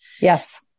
Yes